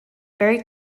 very